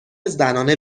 زنانه